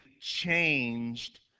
changed